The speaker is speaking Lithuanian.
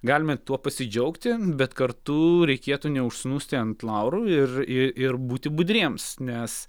galime tuo pasidžiaugti bet kartu reikėtų neužsnūsti ant laurų ir i ir būti budriems nes